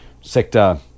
sector